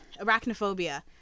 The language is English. arachnophobia